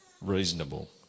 reasonable